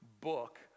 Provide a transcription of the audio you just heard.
book